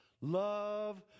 Love